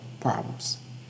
problems